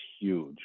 huge